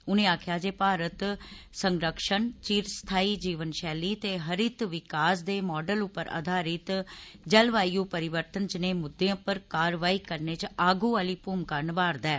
उनें आक्खेआ जे भारत संरक्षण चिर स्थाई जीवन शैली ते हरित विकास दे मॉडल उप्पर अधारित जलवायु परिवर्तन जनेह् मुद्दे उप्पर कारवाई करने च आगु आली मूमिका नभा रदा ऐ